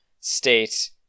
state